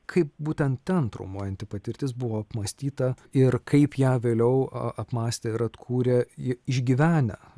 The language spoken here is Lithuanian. kaip būtent ten traumuojanti patirtis buvo apmąstyta ir kaip ją vėliau apmąstė ir atkūrė išgyvenę